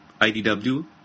IDW